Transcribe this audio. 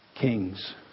kings